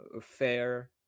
fair